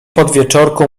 podwieczorku